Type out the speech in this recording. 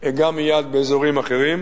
אגע מייד באזורים אחרים,